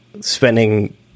spending